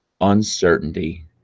uncertainty